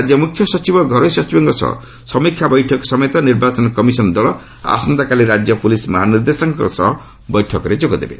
ରାଜ୍ୟ ମୁଖ୍ୟ ସଚିବ ଓ ଘରୋଇ ସଚିବଙ୍କ ସହ ସମୀକ୍ଷା ବୈଠକ ସମେତ ନିର୍ବାଚନ କମିଶନ ଦଳ ଆସନ୍ତାକାଲି ରାଜ୍ୟ ପୁଲିସ ମହାନିର୍ଦ୍ଦେଶକଙ୍କ ସହ ବୈଠକରେ ଯୋଗଦେବେ